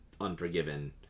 Unforgiven